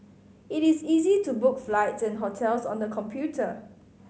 it is easy to book flights and hotels on the computer